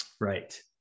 Right